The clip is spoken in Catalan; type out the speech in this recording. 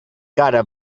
cara